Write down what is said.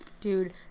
Dude